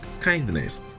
kindness